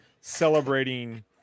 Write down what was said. celebrating